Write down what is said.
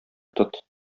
тот